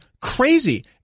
crazy